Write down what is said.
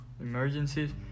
emergencies